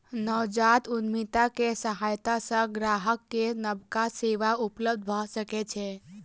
नवजात उद्यमिता के सहायता सॅ ग्राहक के नबका सेवा उपलब्ध भ सकै छै